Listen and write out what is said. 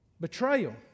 betrayal